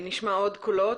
נשמע עוד קולות.